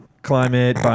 Climate